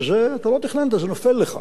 וזה אתה לא תכננת, זה נופל לך,